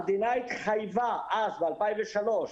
המדינה התחייבה אז, ב-2003,